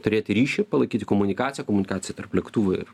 turėti ryšį palaikyti komunikaciją komunikaciją tarp lėktuvų ir